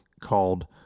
called